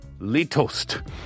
litost